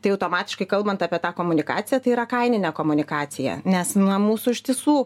tai automatiškai kalbant apie tą komunikaciją tai yra kailinę komunikaciją nes na mūsų iš tiesų